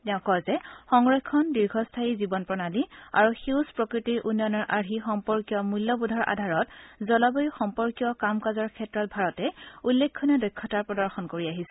তেওঁ কয় যে সংৰক্ষণ দীৰ্ঘস্থয়ী জীৱন প্ৰণালী আৰু সেউজ প্ৰকৃতিৰ উন্নয়নৰ আৰ্হি সম্পৰ্কীয় মূল্যবোধৰ আধাৰত জলবায়ু সম্পৰ্কীয় কাম কাজৰ ক্ষেত্ৰত ভাৰতে উল্লেখনীয় দক্ষতা প্ৰদৰ্শন কৰি আহিছে